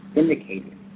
indicated